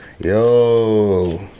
yo